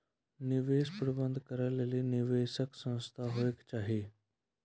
निवेश प्रबंधन करै लेली निवेशक संस्थान होय के चाहि